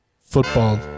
football